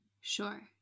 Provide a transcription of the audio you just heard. Sure